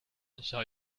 zou